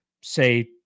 say